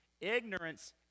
Ignorance